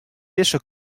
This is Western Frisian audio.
dizze